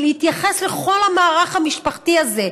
ולהתייחס לכל המערך המשפחתי הזה.